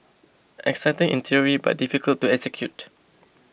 exciting in theory but difficult to execute